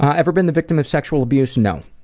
ah ever been the victim of sexual abuse? no,